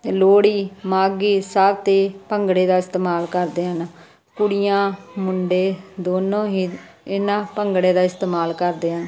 ਅਤੇ ਲੋਹੜੀ ਮਾਘੀ ਸਭ 'ਤੇ ਭੰਗੜੇ ਦਾ ਇਸਤੇਮਾਲ ਕਰਦੇ ਹਨ ਕੁੜੀਆਂ ਮੁੰਡੇ ਦੋਨੋਂ ਹੀ ਇੰਨਾ ਭੰਗੜੇ ਦਾ ਇਸਤੇਮਾਲ ਕਰਦੇ ਆ